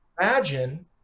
imagine